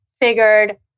figured